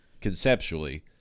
conceptually